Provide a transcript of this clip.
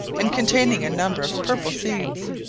and containing a number of purple seeds,